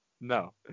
No